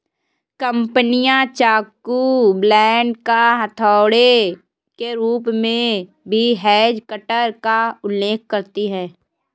कंपनियां चाकू, ब्लेड या हथौड़े के रूप में भी हेज कटर का उल्लेख करती हैं